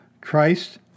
Christ